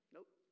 Nope